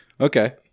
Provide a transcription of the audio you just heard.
Okay